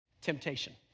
temptation